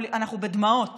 אנחנו בדמעות